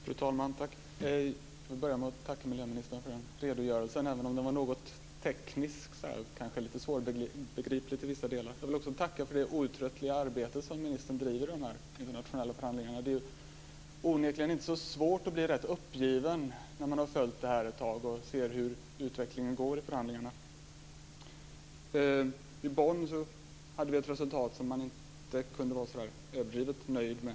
Fru talman! Jag vill börja med att tacka miljöministern för redogörelsen, även om den var något teknisk och till vissa delar kanske lite svårbegriplig. Jag vill också tacka för det outtröttliga arbete som ministern lägger ned på de här internationella förhandlingarna. Det är onekligen inte svårt att bli rätt uppgiven när man ett tag har följt utvecklingen i förhandlingarna. I Bonn kom man fram till ett resultat som vi inte kan vara så överdrivet nöjda med.